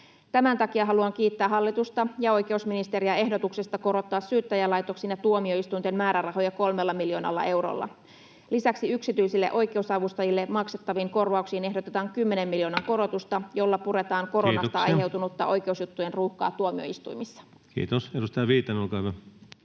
Tämän takia haluan kiittää hallitusta ja oikeusministeriä ehdotuksesta korottaa Syyttäjälaitoksen ja tuomioistuinten määrärahoja 3 miljoonalla eurolla. Lisäksi yksityisille oikeusavustajille maksettaviin korvauksiin ehdotetaan 10 miljoonan korotusta, jolla puretaan [Puhemies: Kiitoksia!] koronasta aiheutunutta oikeusjuttujen ruuhkaa tuomioistuimissa. [Speech 109] Speaker: Ensimmäinen